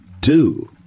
Two